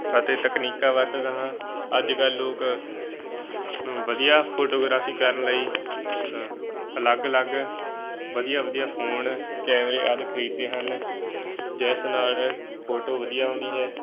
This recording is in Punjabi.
ਅਤੇ ਤਕਨੀਕਾਂ ਵਰਤਦਾ ਹਾਂ ਅੱਜ ਕੱਲ੍ਹ ਲੋਕ ਵਧੀਆ ਫੋਟੋਗ੍ਰਾਫੀ ਕਰਨ ਲਈ ਅਲੱਗ ਅਲੱਗ ਵਧੀਆ ਵਧੀਆ ਫੋਨ ਕੈਮਰੇ ਆਦਿ ਖਰੀਦਦੇ ਹਨ ਜਿਸ ਨਾਲ ਫੋਟੋ ਵਧੀਆ ਆਉਂਦੀ ਹੈ